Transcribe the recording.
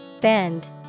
Bend